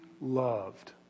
loved